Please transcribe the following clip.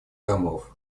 домов